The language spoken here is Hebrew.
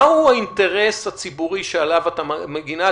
מהו האינטרס הציבורי שעליו את מגנה?